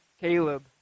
Caleb